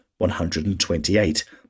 128